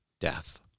death